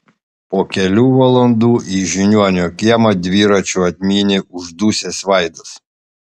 po kelių valandų į žiniuonio kiemą dviračiu atmynė uždusęs vaidas